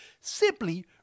Simply